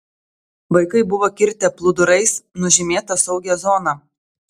vaikai buvo kirtę plūdurais nužymėta saugią zoną